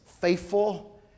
faithful